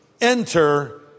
Enter